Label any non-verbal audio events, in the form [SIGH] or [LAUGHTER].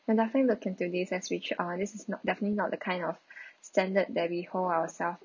we'll definitely look into this as which uh this is not definitely not the kind of [BREATH] standard that we hold ourselves